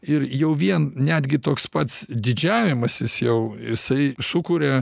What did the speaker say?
ir jau vien netgi toks pats didžiavimasis jau jisai sukuria